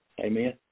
Amen